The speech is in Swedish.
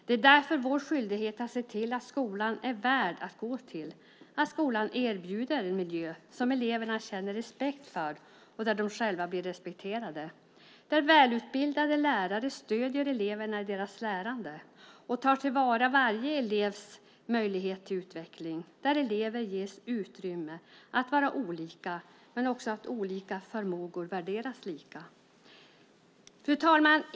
Det är därför vår skyldighet att se till att skolan är värd att gå till, att skolan erbjuder en miljö som eleverna känner respekt för och där de själva blir respekterade, där välutbildade lärare stöder eleverna i deras lärande och tar till vara varje elevs möjlighet till utveckling och där elever ges utrymme att vara olika, men också att olika förmågor värderas lika. Fru talman!